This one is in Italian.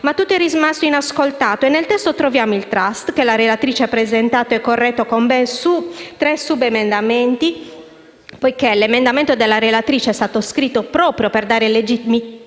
ma tutto è rimasto inascoltato e nel testo troviamo il *trust*, che la relatrice ha presentato e corretto con ben tre subemendamenti. L'emendamento della relatrice è stato scritto proprio per dare legittimità